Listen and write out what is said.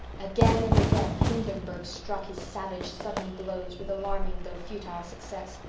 again and again hindenburg struck his savage, sudden blows, with alarming, though futile success.